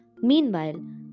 Meanwhile